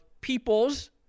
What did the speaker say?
peoples